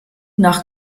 nach